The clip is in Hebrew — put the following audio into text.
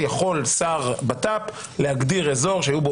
יכול שר הבט"פ להגדיר אזור שהיו בו